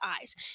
eyes